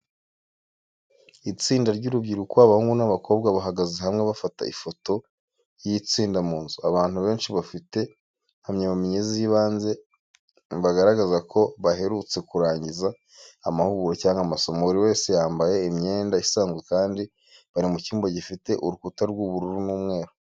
Itsinda ry'urubyiruko, abahungu n'abakobwa, bahagaze hamwe bafata ifoto y'itsinda mu nzu. Abantu benshi bafite impamyabumenyi z'ibanze, bagaragaza ko baherutse kurangiza amahugurwa cyangwa amasomo. Buri wese yambaye imyenda isanzwe kandi bari mu cyumba gifite urukuta rw'ubururu n'umweru.